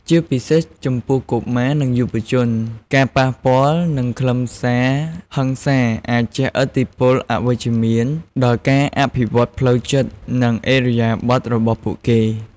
ជាពិសេស ចំពោះកុមារ និងយុវជន ការប៉ះពាល់នឹងខ្លឹមសារហិង្សាអាចជះឥទ្ធិពលអវិជ្ជមានដល់ការអភិវឌ្ឍផ្លូវចិត្ត និងឥរិយាបថរបស់ពួកគេ។